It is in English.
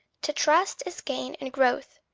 to trust is gain and growth,